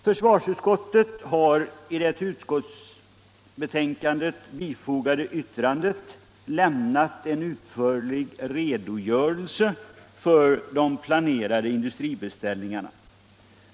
Försvarsutskottet har i det till utskottsbetänkandet fogade yttrandet lämnat en utförlig redogörelse för de planerade industribeställningarna.